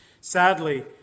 Sadly